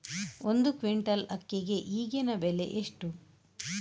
ಒಂದು ಕ್ವಿಂಟಾಲ್ ಅಕ್ಕಿಗೆ ಈಗಿನ ಬೆಲೆ ಎಷ್ಟು?